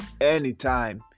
anytime